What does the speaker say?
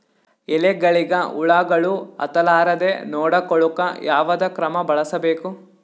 ಎಲೆಗಳಿಗ ಹುಳಾಗಳು ಹತಲಾರದೆ ನೊಡಕೊಳುಕ ಯಾವದ ಕ್ರಮ ಬಳಸಬೇಕು?